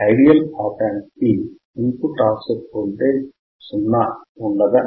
ideal op amp కి input offset voltage 0 ఉండదా